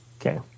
Okay